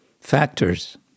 factors